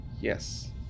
Yes